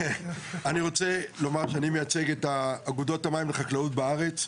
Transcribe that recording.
אני רוצה לומר שאני מייצג את אגודות המים וחקלאות בארץ,